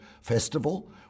Festival